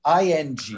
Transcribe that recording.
ING